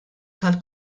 tal